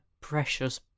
precious